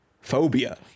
phobia